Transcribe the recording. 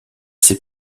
ses